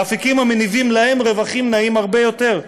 באפיקים המניבים להם רווחים נאים הרבה יותר.